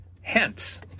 Hence